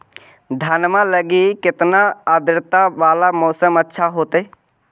धनमा लगी केतना आद्रता वाला मौसम अच्छा होतई?